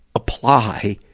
apply